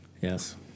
Yes